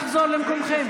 אינו נוכח בועז טופורובסקי,